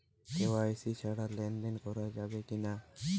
KYC ছাড়া লেনদেন করা যাবে কিনা?